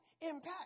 Impact